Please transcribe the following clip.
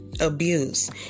abuse